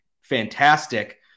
fantastic